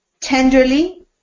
Tenderly